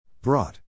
Brought